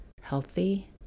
healthy